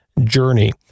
journey